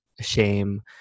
shame